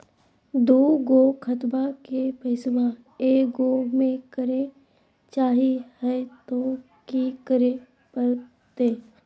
दू गो खतवा के पैसवा ए गो मे करे चाही हय तो कि करे परते?